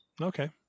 Okay